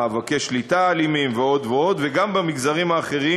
מאבקי שליטה אלימים ועוד ועוד וגם במגזרים אחרים,